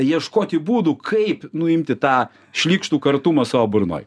ieškoti būdų kaip nuimti tą šlykštų kartumą savo burnoj